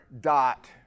dot